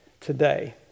today